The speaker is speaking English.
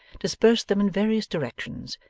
dispersed them in various directions,